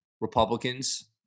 Republicans